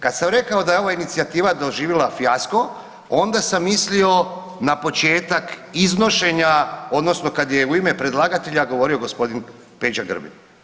Kad sam rekao da je ova inicijativa doživjela fijasko, onda sam mislio na početak iznošenja odnosno kad je u ime predlagatelja gospodin Peđa Grbin.